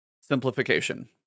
simplification